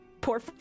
poor